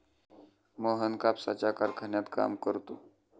मोहन कापसाच्या कारखान्यात काम करतो